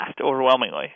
overwhelmingly